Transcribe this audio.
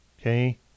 Okay